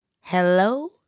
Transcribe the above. Hello